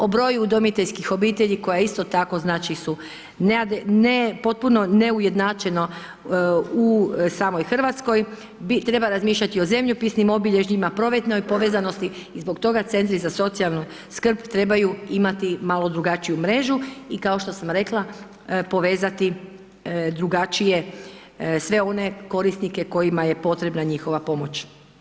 O broju udomiteljskih obitelji koja isto tako, znači, su nepotpuno neujednačeno u samoj RH, treba razmišljati o zemljopisnim obilježjima, prometnoj povezanosti i zbog toga Centri za socijalnu skrb trebaju imati malo drugačiju mrežu i kao što sam rekla, povezati drugačije sve one korisnike kojima je potrebna njihova pomoć.